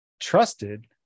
trusted